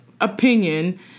opinion